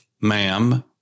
ma'am